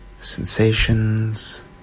sensations